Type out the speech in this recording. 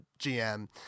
GM